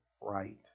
right